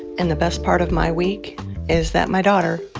and the best part of my week is that my daughter,